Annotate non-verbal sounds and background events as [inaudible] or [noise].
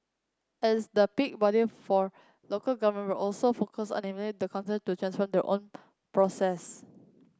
as the peak body for local government we're also focused on enabling the councils to transform their own [unintelligible] processes